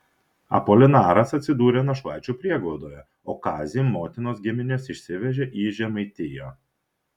apolinaras atsidūrė našlaičių prieglaudoje o kazį motinos giminės išsivežė į žemaitiją